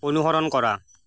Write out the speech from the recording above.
অনুসৰণ কৰা